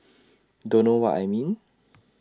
don't know what I mean